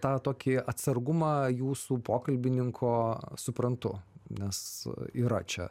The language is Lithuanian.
tą tokį atsargumą jūsų pokalbininko suprantu nes yra čia